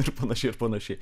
ir panašiai ir panašiai